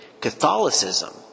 Catholicism